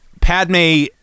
Padme